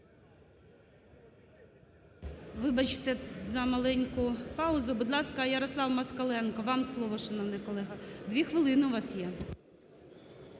Вибачте за маленьку паузу. Будь ласка, Ярослав Москаленко, вам слово, шановний колего. Дві хвилини у вас є.